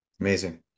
Amazing